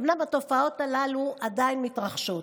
אומנם התופעות הללו עדיין מתרחשות,